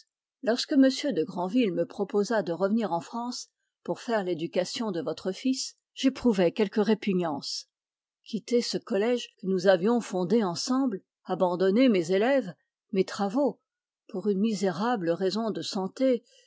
m de grandville me proposa de revenir en france pour faire l'éducation de votre fils j'éprouvai quelque répugnance quitter ce collège que nous avions fondé ensemble abandonner mes élèves mes travaux pour une misérable raison de santé